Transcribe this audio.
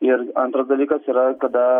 ir antras dalykas yra kada